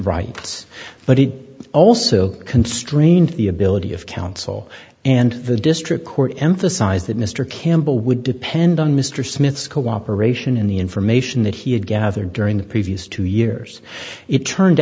rights but it also constrained the ability of counsel and the district court emphasized that mr campbell would depend on mr smith's cooperation in the information that he had gathered during the previous two years it turned